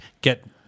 get